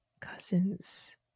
cousins